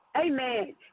Amen